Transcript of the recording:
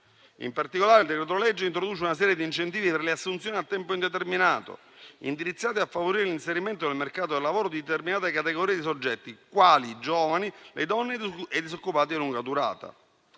In particolare, il decreto-legge introduce una serie di incentivi per le assunzioni a tempo indeterminato, indirizzate a favorire l'inserimento nel mercato del lavoro di determinate categorie di soggetti quali i giovani, le donne e i disoccupati di lunga durata.